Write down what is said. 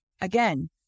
again